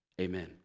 Amen